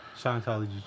Scientology